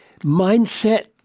mindset